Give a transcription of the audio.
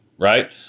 right